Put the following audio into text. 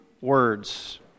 words